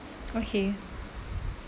okay